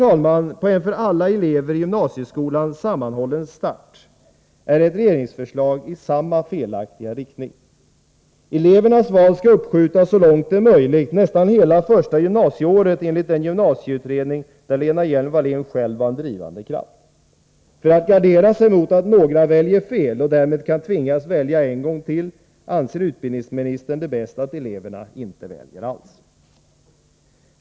Tanken på en för alla elever i gymnasieskolan sammanhållen start är ett regeringsförslag i samma felaktiga riktning. Elevernas val skall uppskjutas så långt som möjligt, nästan hela första gymnasieåret enligt den gymnasieutred ning där Lena Hjelm-Wallén själv var en drivande kraft. För att gardera sig mot att några väljer fel — och därmed kan tvingas välja en gång till — anser Lena Hjelm-Wallén det bäst att eleverna inte väljer alls!